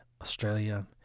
Australia